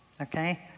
okay